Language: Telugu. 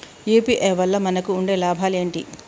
యూ.పీ.ఐ వల్ల మనకు ఉండే లాభాలు ఏంటి?